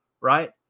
right